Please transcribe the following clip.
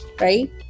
right